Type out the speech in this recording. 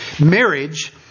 marriage